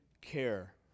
care